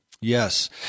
Yes